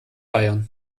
bayern